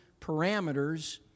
parameters